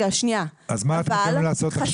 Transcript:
אז מה אתם הולכים לעשות עכשיו?